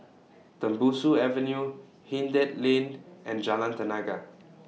Tembusu Avenue Hindhede Lane and Jalan Tenaga